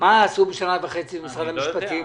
מה עשו בשנה וחצי משרד המשפטים?